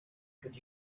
could